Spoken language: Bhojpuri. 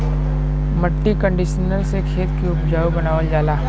मट्टी कंडीशनर से खेत के उपजाऊ बनावल जाला